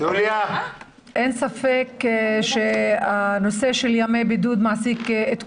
אין ספק שהנושא של ימי בידוד מעסיק את כולנו,